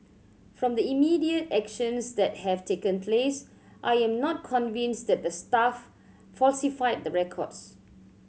from the immediate actions that have taken place I am not convinced that the staff falsified the records